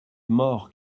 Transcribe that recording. morts